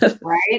Right